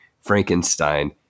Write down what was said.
Frankenstein